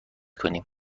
کنیم